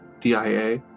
D-I-A